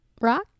rock